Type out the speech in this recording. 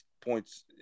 points